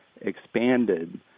expanded